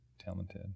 Talented